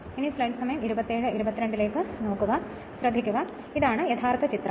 ഇപ്പോൾ ഇതാണ് യഥാർത്ഥ ചിത്രം